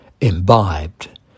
imbibed